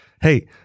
Hey